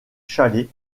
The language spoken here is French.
chalet